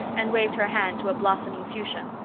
and waved her hand to a blossoming fuchsia.